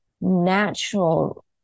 natural